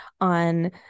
on